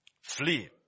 Flee